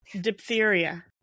Diphtheria